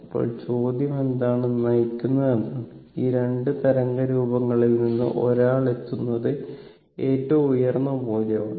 ഇപ്പോൾ ചോദ്യം എന്താണ് നയിക്കുന്നത് എന്നതാണ് ഈ 2 തരംഗ രൂപങ്ങളിൽ നിന്ന് ഒരാൾ എത്തുന്നത് ഏറ്റവും ഉയർന്ന മൂല്യമാണ്